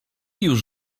już